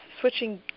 switching